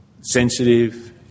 sensitive